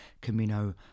Camino